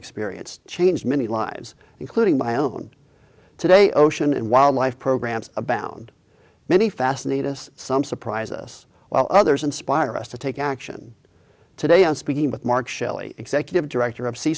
experience changed many lives including my own today ocean and wildlife programs abound many fascinating us some surprise us while others inspire us to take action today i'm speaking with mark shelley executive director of se